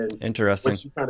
Interesting